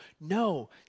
no